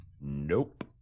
Nope